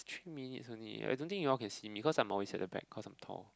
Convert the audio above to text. three minutes only I don't think you all can see me because I'm always at the back cause I'm tall